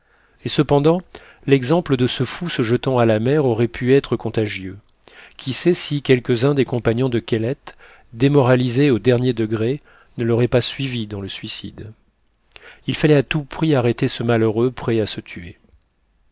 et cependant l'exemple de ce fou se jetant à la mer aurait pu être contagieux qui sait si quelques-uns des compagnons de kellet démoralisés au dernier degré ne l'auraient pas suivi dans le suicide il fallait à tout prix arrêter ce malheureux prêt à se tuer